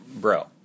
bro